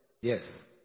yes